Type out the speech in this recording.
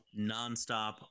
nonstop